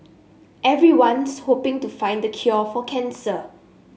everyone's hoping to find the cure for cancer